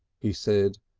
he said,